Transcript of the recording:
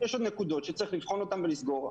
יש עוד נקודות שצריך לבחון אותן ולסגור.